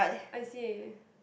I see